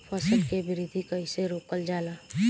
फसल के वृद्धि कइसे रोकल जाला?